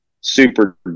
super